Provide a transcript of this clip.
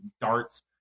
darts